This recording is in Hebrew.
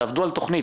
תעבדו על תוכנית,